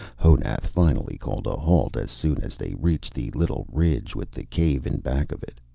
honath finally called a halt as soon as they reached the little ridge with the cave in back of it.